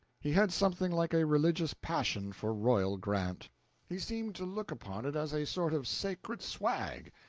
he had something like a religious passion for royal grant he seemed to look upon it as a sort of sacred swag,